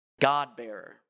God-bearer